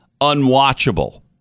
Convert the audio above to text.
unwatchable